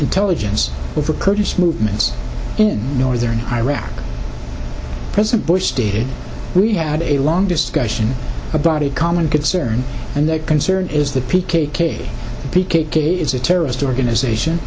intelligence over kurdish movements in northern iraq president bush stated we had a long discussion about a common concern and that concern is the p k k p k k is a terrorist organization